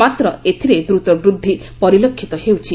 ମାତ୍ର ଏଥିରେ ଦ୍ରତ ବୃଦ୍ଧି ପରିଲକ୍ଷିତ ହେଉଛି